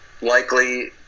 likely